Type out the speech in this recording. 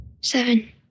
Seven